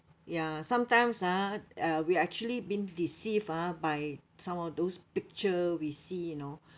ya sometimes ah uh we actually been deceived ah by some of those picture we see you know